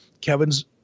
Kevin's